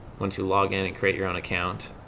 once you log in and create your own account,